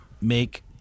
make